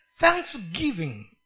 thanksgiving